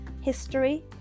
history